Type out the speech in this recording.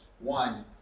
one